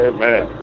Amen